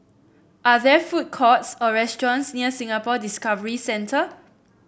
are there food courts or restaurants near Singapore Discovery Centre